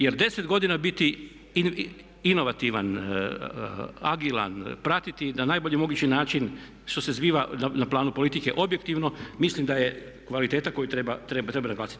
Jer 10 godina biti inovativan, agilan, pratiti na najbolji mogući način što se zbiva na planu politike objektivno mislim da je kvaliteta koju treba naglasiti.